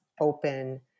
open